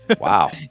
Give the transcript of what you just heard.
Wow